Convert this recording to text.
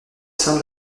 sein